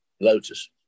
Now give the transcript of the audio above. Lotus